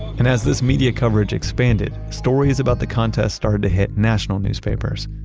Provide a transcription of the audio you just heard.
and as this media coverage expanded, stories about the contest started to hit national newspapers.